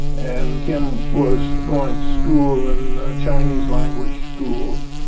and kim was going to school in chinese language schools,